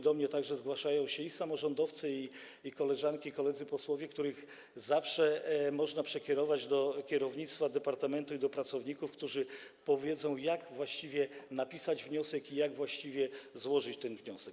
Do mnie także zgłaszają się i samorządowcy, i koleżanki i koledzy posłowie, których zawsze można przekierować do kierownictwa departamentu i do pracowników, którzy powiedzą, jak właściwie napisać wniosek i jak właściwie złożyć ten wniosek.